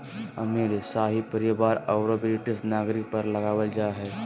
अमीर, शाही परिवार औरो ब्रिटिश नागरिक पर लगाबल जा हइ